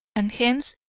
and hence,